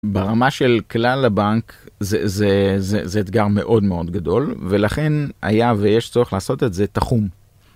ברמה של כלל הבנק זה אתגר מאוד מאוד גדול ולכן היה ויש צורך לעשות את זה תחום.